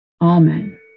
Amen